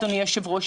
אדוני היושב-ראש,